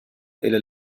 إلى